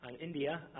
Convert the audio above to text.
India